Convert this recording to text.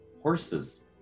horses